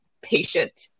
patient